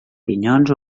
pinyons